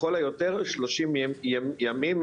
שלושים ימים,